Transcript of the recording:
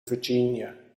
virginia